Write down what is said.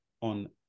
on